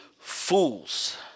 fools